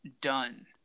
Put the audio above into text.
done